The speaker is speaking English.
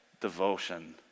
devotion